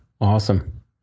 Awesome